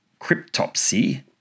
Cryptopsy